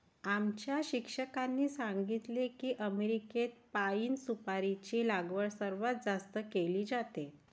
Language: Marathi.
आमच्या शिक्षकांनी सांगितले की अमेरिकेत पाइन सुपारीची लागवड सर्वात जास्त केली जाते